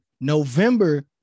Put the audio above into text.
November